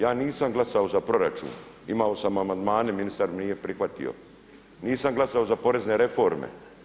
Ja nisam glasao za proračun, imao sam amandmane, ministar mi nije prihvatio, nisam glasovao za porezne reforme.